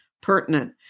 pertinent